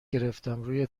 گرفتم، روی